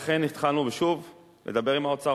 לכן התחלנו שוב לדבר עם האוצר.